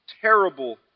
terrible